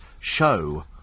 show